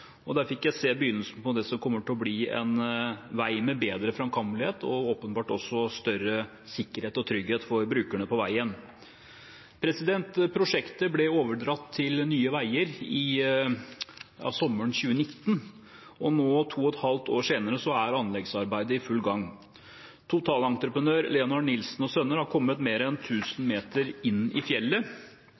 og der fikk jeg se begynnelsen på det som kommer til å bli en vei med bedre framkommelighet og åpenbart også større sikkerhet og trygghet for brukerne av veien. Prosjektet ble overdratt til Nye Veier sommeren 2019, og nå 2 ½ år senere er anleggsarbeidet i full gang. Totalentreprenør Leonhard Nilsen & Sønner har kommet mer enn 1 000 meter inn i fjellet.